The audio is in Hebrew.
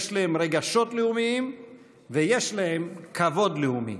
יש להם רגשות לאומיים ויש להם כבוד לאומי.